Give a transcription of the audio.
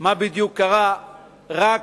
מה בדיוק קרה רק